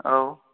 औ